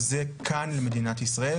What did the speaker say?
אני לא מדברים על מבטלי גיור.